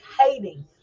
hating